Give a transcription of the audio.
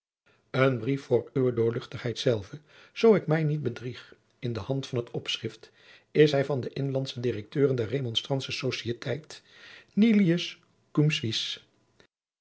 een brief voor uwe doorl zelve zoo ik mij niet bedrieg in de hand van het opschrift is hij van de inlandsche directeuren der remonstrantsche societeit